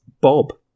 Bob